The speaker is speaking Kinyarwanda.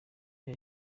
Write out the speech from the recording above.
cye